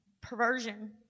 perversion